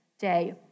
day